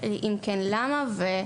מה לגבי הפיקוח?